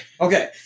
Okay